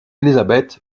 elizabeth